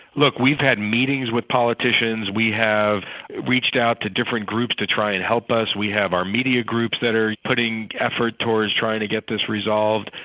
look, we've had meetings with politicians, we have reached out to different groups to try and help us, we have our media groups that are putting effort towards trying to get this resolved.